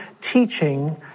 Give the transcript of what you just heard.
teaching